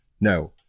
No